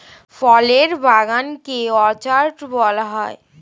ফলের বাগান কে অর্চার্ড বলা হয়